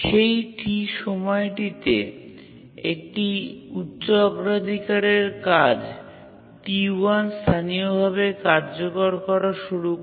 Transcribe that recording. সেই T সময়টিতে একটি উচ্চ অগ্রাধিকারের কাজ T1 স্থানীয়ভাবে কার্যকর করা শুরু করে